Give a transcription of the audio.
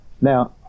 Now